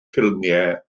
ffilmiau